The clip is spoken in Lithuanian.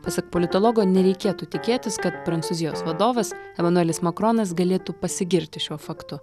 pasak politologo nereikėtų tikėtis kad prancūzijos vadovas emanuelis makronas galėtų pasigirti šiuo faktu